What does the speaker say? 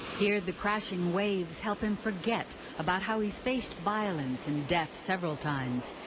here the crashing waves help him forget about how he's faced violence and death several times.